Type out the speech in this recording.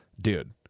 Dude